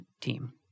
team